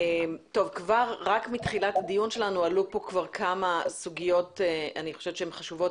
רק מתחילת הדיון שלנו עלו פה כבר כמה סוגיות שאני חושבת שהן חשובות